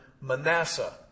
Manasseh